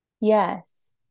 Yes